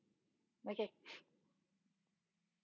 okay